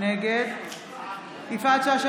נגד יפעת שאשא